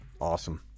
Awesome